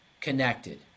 connected